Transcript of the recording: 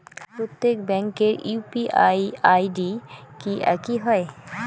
প্রত্যেক ব্যাংকের UPI ID কি একই হয়?